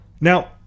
Now